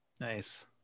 Nice